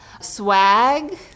Swag